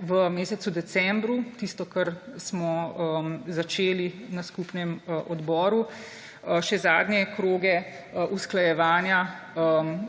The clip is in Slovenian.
v mesecu decembru, tisto, kar smo začeli na skupnem odboru, še zadnje kroge usklajevanja